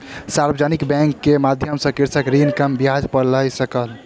सार्वजानिक बैंक के माध्यम सॅ कृषक ऋण कम ब्याज पर लय सकल